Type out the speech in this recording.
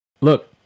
look